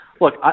look